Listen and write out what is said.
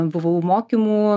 buvau mokymų